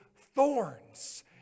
thorns